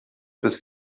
bis